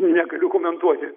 negaliu komentuoti